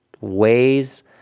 ways